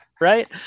right